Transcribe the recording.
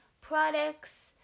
products